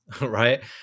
right